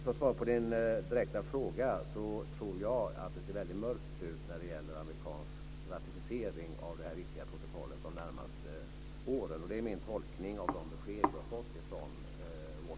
Som svar på din direkta fråga tror jag att det ser mörkt ut när det gäller amerikansk ratificering av det här viktiga protokollet de närmaste åren. Det är min tolkning av de besked jag fått från Washington.